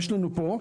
יש לנו פה,